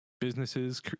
businesses